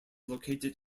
located